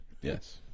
Yes